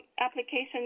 application